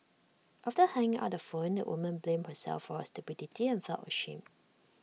after hanging up the phone the woman blamed herself for her stupidity and felt ashamed